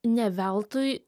ne veltui